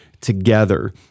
Together